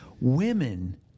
Women